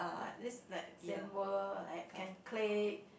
but this like same world like can click